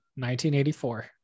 1984